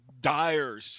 dire